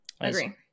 Agree